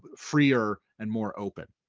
but freer and more open.